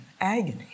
agony